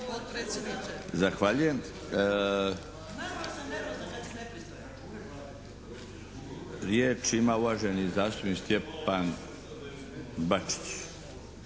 razumiju./ … Riječ ima uvaženi zastupnik Stjepan Bačić.